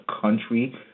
country